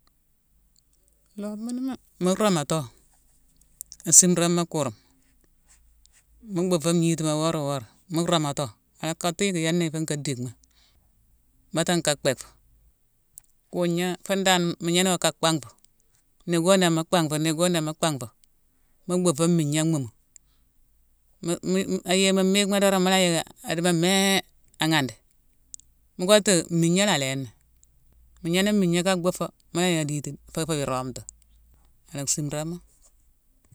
loobma ni mu romato, asimramo kurma, mu beufo ngnima woro-woro, mu romato, atcottu yicki yiné fé nka dickma. Baté nka bhecfo. Kugna, fundan, mu gnéno ka panghfo. Nebgo-neb nebgo-neb mo panghfo, mu beufo mmigna anmumu m- m- ay- ayeye mu miyi ma dorong, mula yick adimo, aghandi, mo kottu mmigna la alinni. Gniné mmigna ka beufo mula yick aditine, fé fuy nrowmtu. Ala simramo.